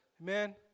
Amen